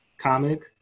comic